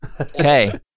Okay